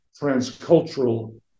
transcultural